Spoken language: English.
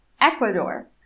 Ecuador